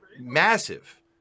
massive